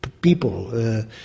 people